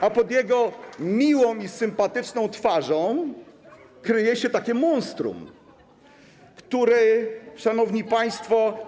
A pod jego miłą i sympatyczną twarzą kryje się takie monstrum, które, szanowni państwo.